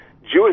Jewish